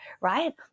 right